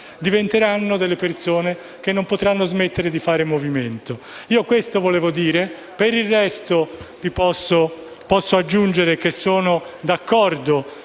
diventeranno persone che non possono smettere di fare movimento. Questo volevo dire. Per il resto, posso aggiungere che sono d'accordo